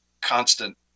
constant